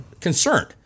concerned